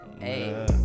Hey